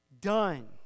Done